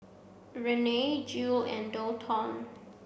Renae Jule and Daulton